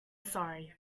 sorry